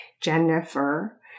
Jennifer